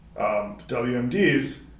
WMDs